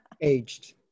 aged